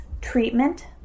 treatment